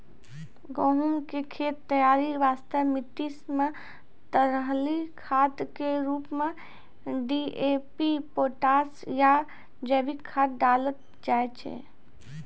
गहूम के खेत तैयारी वास्ते मिट्टी मे तरली खाद के रूप मे डी.ए.पी पोटास या जैविक खाद डालल जाय छै